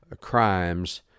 crimes